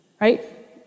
right